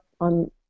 on